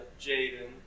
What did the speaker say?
Jaden